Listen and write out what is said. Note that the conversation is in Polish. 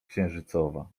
księżycowa